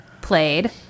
played